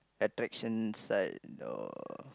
attraction side or